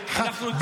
אנחנו --- אה,